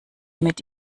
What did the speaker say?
mit